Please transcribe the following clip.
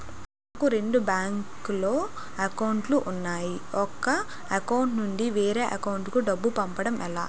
నాకు రెండు బ్యాంక్ లో లో అకౌంట్ లు ఉన్నాయి ఒక అకౌంట్ నుంచి వేరే అకౌంట్ కు డబ్బు పంపడం ఎలా?